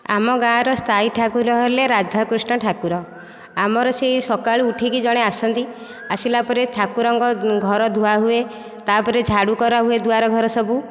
ଆମ ଗାଁର ସ୍ଥାୟୀ ଠାକୁର ହେଲେ ରାଧାକୃଷ୍ଣ ଠାକୁର ଆମର ସେଇ ସକାଳୁ ଉଠିକି ଜଣେ ଆସନ୍ତି ଆସିଲା ପରେ ଠାକୁରଙ୍କ ଘର ଧୁଆହୁଏ ତା'ପରେ ଝାଡୁ କରାହୁଏ ଦୁଆର ଘର ସବୁ